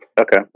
Okay